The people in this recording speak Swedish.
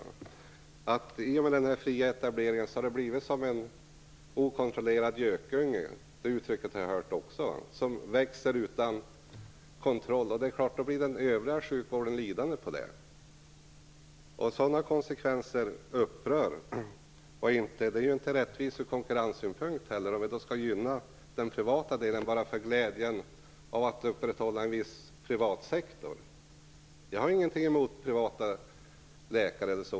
Jag har hört uttrycket gökunge i samband med den fria etableringen. Kostnaderna växer utan kontroll. Den övriga sjukvården blir lidande på det. Sådana konsekvenser upprör. Det är inte rättvist ur konkurrenssynpunkt, om vi skall gynna privat verksamhet bara för glädjen i att upprätthålla en viss privat sektor. Jag har ingenting emot privata läkare.